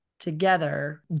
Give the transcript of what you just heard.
together